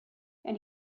and